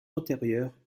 antérieure